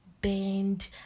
bend